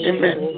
Amen